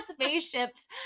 spaceships